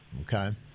Okay